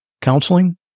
counseling